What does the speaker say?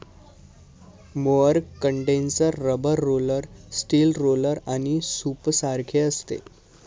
mower condenser rubber roller, steel roller आणि सूपसारखे असते